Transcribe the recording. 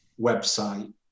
website